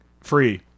Free